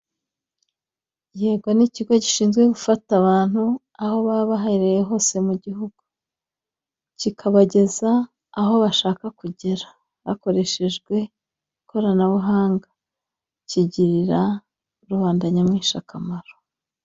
Yego ni ikigo gishinzwe gufata abantu aho baba bahererereye hose mu gihugu. Kikabageza aho bashaka kugera, hakoreshejwe ikoranabuhanga. Kigirira rubanda nyamwinshi akamaro.